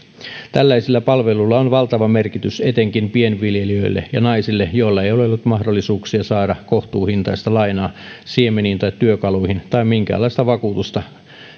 tällaisilla palveluilla on valtava merkitys etenkin pienviljelijöille ja naisille joilla ei ole ollut mahdollisuuksia saada kohtuuhintaista lainaa siemeniin tai työkaluihin tai minkäänlaista vakuutusta